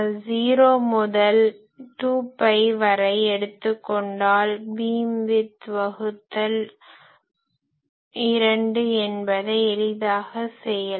0 முதல் 2பை வரை எடுத்து கொண்டால் பீம் விட்த் வகுத்தல் 2 என்பதை எளிதாக செய்யலாம்